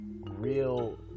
real